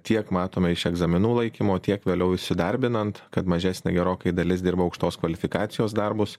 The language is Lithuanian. tiek matome iš egzaminų laikymo tiek vėliau įsidarbinant kad mažesnė gerokai dalis dirba aukštos kvalifikacijos darbus